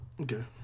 Okay